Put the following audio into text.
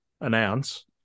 announce